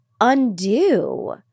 undo